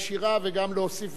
וגם להוסיף ולשאול.